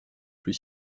plus